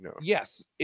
Yes